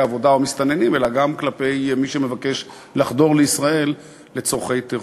עבודה או מסתננים אלא גם כלפי מי שמבקש לחדור לישראל לצורכי טרור,